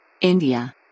India